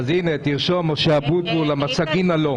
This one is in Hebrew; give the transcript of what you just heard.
טוב.